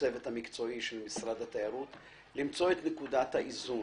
והצוות המקצועי של משרד התיירות למצוא את נקודת האיזון,